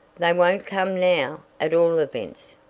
they won't come now, at all events,